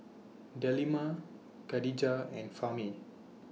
Delima Khadija and Fahmi